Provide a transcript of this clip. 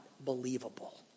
believable